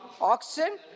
oxen